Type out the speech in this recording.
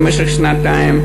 במשך שנתיים,